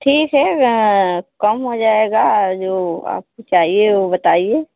ठीक है कम हो जाएगा जो आपको चाहिए वो बताएं